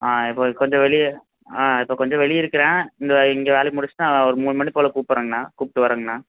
ஆ இப்போ கொஞ்சம் வெளியே இப்போ கொஞ்சம் வெளியே இருக்கிறன் இந்த இங்கே வேலையை முடிச்சிவிட்டு ஒரு மூணு மணிபோல் கூப்படுறேங்க அண்ணா கூப்பிட்டு வரங்க அண்ணா